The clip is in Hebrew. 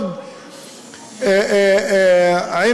מאוד עם